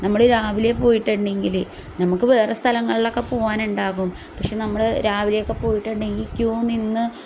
നമ്മൾ രാവിലെ പോയിട്ടുണ്ടെങ്കിൽ നമുക്ക് വേറെ സ്ഥലങ്ങളിലൊക്കെ പോവാനുണ്ടാകും പക്ഷേ നമ്മൾ രാവിലെയൊക്കെ പോയിട്ടുണ്ടെങ്കിൽ ക്യൂ നിന്ന്